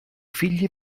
figli